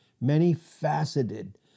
many-faceted